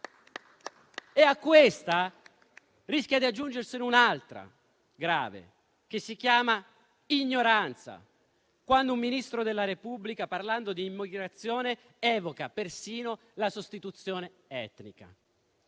e a questa rischia di aggiungersene un'altra grave, che si chiama ignoranza, quando un Ministro della Repubblica, parlando d'immigrazione, evoca persino la sostituzione etnica.